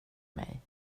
mig